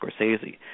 Scorsese